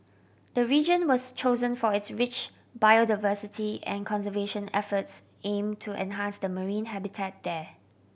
the region was chosen for its rich biodiversity and conservation efforts aim to enhance the marine habitat there